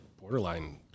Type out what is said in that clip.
borderline